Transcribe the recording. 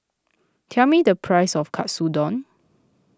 tell me the price of Katsudon